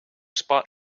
spot